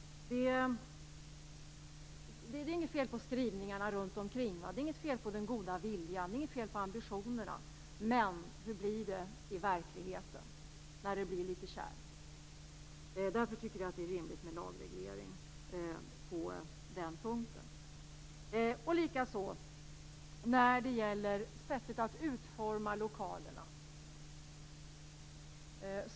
Det är inget fel på skrivningarna runt omkring. Det är inget fel på den goda viljan Det är inget fel på ambitionerna. Men hur blir det i verkligheten när det blir litet kärvt? Vi tycker att det är rimligt med en lagreglering på den punkten. Detsamma gäller sättet att utforma lokalerna.